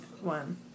one